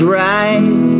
right